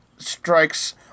strikes